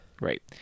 Right